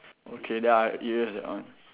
okay then I erase that one